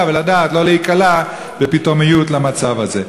ולדעת לא להיקלע בפתאומיות למצב הזה.